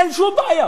אין שום בעיה,